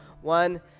One